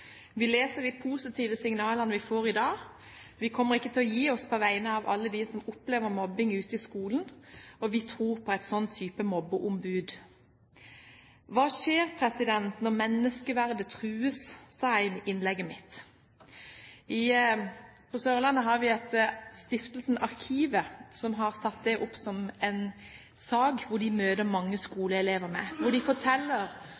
Vi leser de positive signalene vi får i dag, og vi kommer ikke til å gi oss – på vegne av alle dem som opplever mobbing ute i skolen. Vi tror på en slik type mobbeombud. «Hva skjer når menneskeverdet trues?» sa jeg i innlegget mitt. På Sørlandet har vi Stiftelsen Arkivet, som har satt opp dette som en sak som de møter mange skoleelever med. De forteller